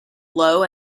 low